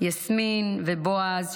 יסמין ובועז,